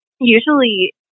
usually